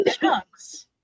chunks